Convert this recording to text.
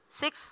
six